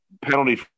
penalty